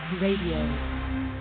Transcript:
Radio